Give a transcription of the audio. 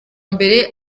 mbere